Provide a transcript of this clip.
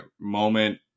moment